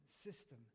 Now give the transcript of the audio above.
system